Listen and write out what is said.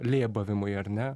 lėbavimui ar ne